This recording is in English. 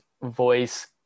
Voice